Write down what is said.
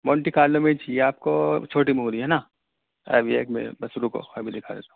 Monte Carlo میں چاہیے آپ کو چھوٹی موہری ہے نا ابھی ایک منٹ بس رکو ابھی دکھا دیتا ہوں